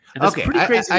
Okay